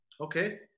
Okay